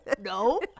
no